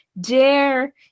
dare